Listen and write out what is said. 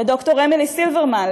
לד"ר אמילי סילברמן,